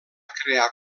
crear